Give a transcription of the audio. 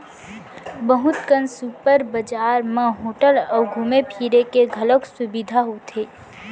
बहुत कन सुपर बजार म होटल अउ घूमे फिरे के घलौक सुबिधा होथे